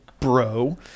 bro